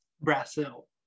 Brazil